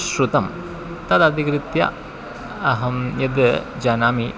श्रुतं तदधिकृत्य अहं यद् जानामि